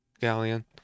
galleon